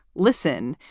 listen,